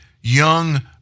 young